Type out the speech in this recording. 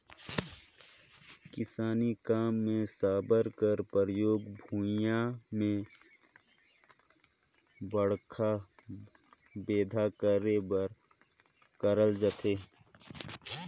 किसानी काम मे साबर कर परियोग भुईया मे बड़खा बेंधा करे बर करल जाथे